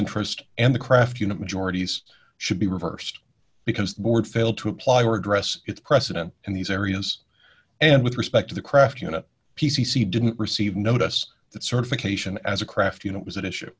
interest and the craft unit majority's should be reversed because the board failed to apply or address its precedent in these areas and with respect to the craft unit p c c didn't receive notice that certification as a craft unit was at issue